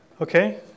Okay